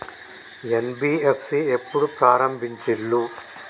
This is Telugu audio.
ఎన్.బి.ఎఫ్.సి ఎప్పుడు ప్రారంభించిల్లు?